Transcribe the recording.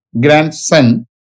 grandson